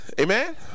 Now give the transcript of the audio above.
Amen